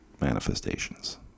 manifestations